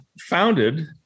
founded